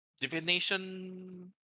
divination